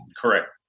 Correct